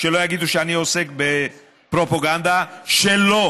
שלא יגידו שאני עוסק בפרופגנדה, שלא